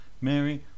Mary